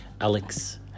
Alex